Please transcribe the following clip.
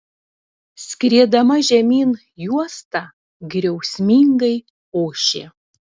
skriedama žemyn juosta griausmingai ošė